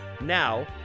now